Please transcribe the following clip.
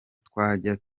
twajya